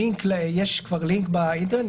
יש כבר לינק באינטרנט.